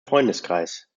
freundeskreis